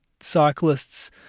cyclists